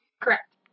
Correct